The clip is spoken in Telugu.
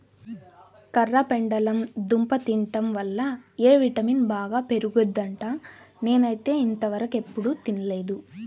కర్రపెండలం దుంప తింటం వల్ల ఎ విటమిన్ బాగా పెరుగుద్దంట, నేనైతే ఇంతవరకెప్పుడు తినలేదు